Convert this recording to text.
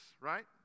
right